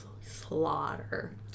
slaughter